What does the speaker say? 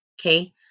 okay